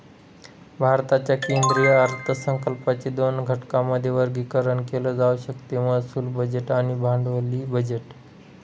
भारताच्या केंद्रीय अर्थसंकल्पाचे दोन घटकांमध्ये वर्गीकरण केले जाऊ शकते महसूल बजेट आणि भांडवली बजेट